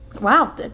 Wow